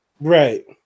Right